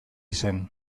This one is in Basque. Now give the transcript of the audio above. zen